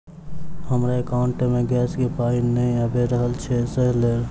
हमरा एकाउंट मे गैस केँ पाई नै आबि रहल छी सँ लेल?